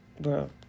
Bro